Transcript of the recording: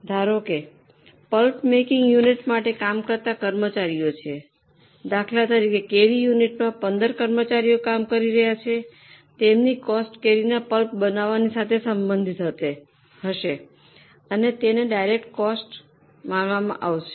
ધારો કે pulp making unit માટે કામ કરતા કર્મચારીઓ છે દાખલા તરીકે કેરી યુનિટમાં 15 કર્મચારી કામ કરી રહ્યા છે તેમની કોસ્ટ કેરીના પલ્પ બનાવવાની સાથે સંબંધિત હશે અને તેને ડાયરેક્ટ કોસ્ટ માનવામાં આવશે